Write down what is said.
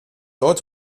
dort